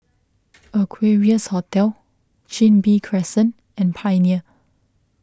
Equarius Hotel Chin Bee Crescent and Pioneer